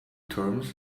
terms